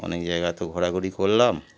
অনেক জায়গা তো ঘোরাঘুরি করলাম